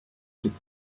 should